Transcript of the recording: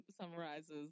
summarizes